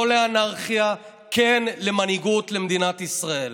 לא לאנרכיה, כן למנהיגות למדינת ישראל.